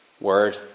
word